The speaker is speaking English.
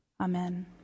Amen